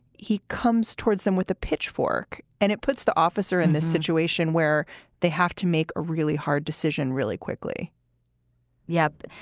he comes towards them with a pitchfork. and it puts the officer in this situation where they have to make a really hard decision really quickly yep.